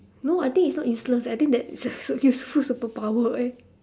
no I think it's not useless I think that is a useful superpower eh